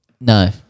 no